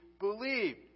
believed